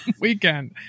weekend